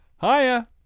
Hiya